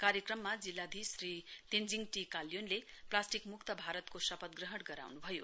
कार्यक्रममा जिल्लाधीश श्री तेख्विङ टी काल्योनले प्लास्टिकमुक्त भारतको शपथ ग्रहण गराउनुभयो